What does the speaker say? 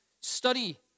study